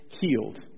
healed